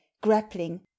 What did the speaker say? grappling